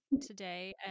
today